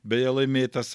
beje laimėtas